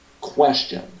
question